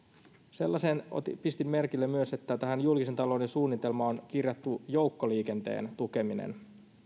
sellaisen pistin merkille myös että tähän julkisen talouden suunnitelmaan on kirjattu joukkoliikenteen tukeminen